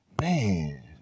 man